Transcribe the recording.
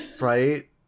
Right